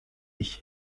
ich